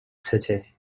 city